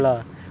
orh